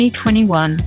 2021